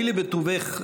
הואילי בטובך,